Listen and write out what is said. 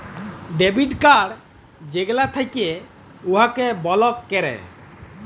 debit card যেগলা থ্যাকে উয়াকে বলক ক্যরে